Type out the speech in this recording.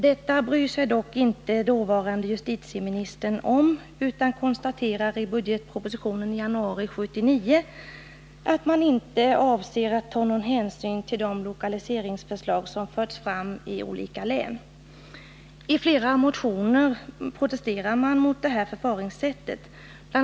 Detta brydde sig dock den dåvarande justitieministern inte om utan konstaterade i budgetpropositionen i januari 1979 att man inte avsåg att ta hänsyn till de lokaliseringsförslag som hade förts fram av olika län. I flera motioner protesterade man mot det förfaringssättet. Bl.